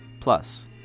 Plus